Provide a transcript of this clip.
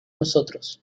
nosotros